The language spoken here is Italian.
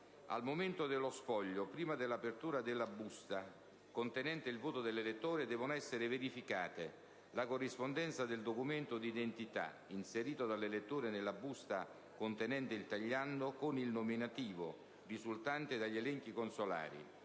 *«*Al momento dello spoglio, prima dell'apertura della busta contenente il voto dell'elettore, devono essere verificate la corrispondenza del documento d'identità, inserito dall'elettore nella busta contenente il tagliando, con il nominativo risultante dagli elenchi consolari,